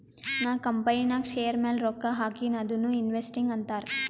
ನಾ ಕಂಪನಿನಾಗ್ ಶೇರ್ ಮ್ಯಾಲ ರೊಕ್ಕಾ ಹಾಕಿನಿ ಅದುನೂ ಇನ್ವೆಸ್ಟಿಂಗ್ ಅಂತಾರ್